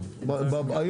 הפסקה.